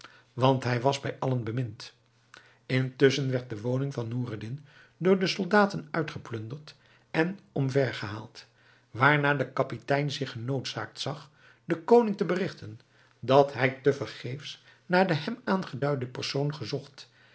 want hij was bij allen bemind intusschen werd de woning van noureddin door de soldaten uitgeplunderd en omvergehaald waarna de kapitein zich genoodzaakt zag den koning te berigten dat hij te vergeefs naar de hem aangeduide persoon gezocht